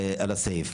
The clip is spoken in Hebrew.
על הסעיף.